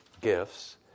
gifts